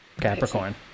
Capricorn